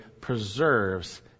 preserves